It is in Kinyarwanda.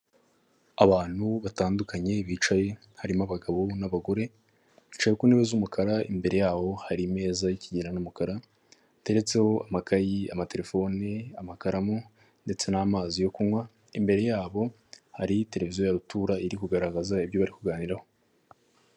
Abantu batandukanye bicaye harimo abagabo n'abagore, bicaye ku ntebe z'umukara, imbere yabo hari ameza y'ikigina n'umukara ateretseho amakayi, amatelefone, amakaramu ndetse n'amazi yo kunywa, imbere yabo hari televiziyo ya rutura iri kugaragaza ibyo bari kuganiraho.